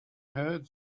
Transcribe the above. heard